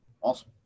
Awesome